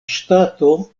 ŝtato